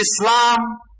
Islam